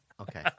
Okay